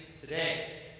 today